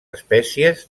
espècies